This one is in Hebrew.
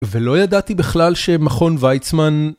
ולא ידעתי בכלל שמכון ויצמן...